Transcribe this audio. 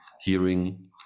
hearing